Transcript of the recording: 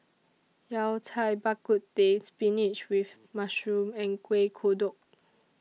Yao Cai Bak Kut Teh Spinach with Mushroom and Kuih Kodok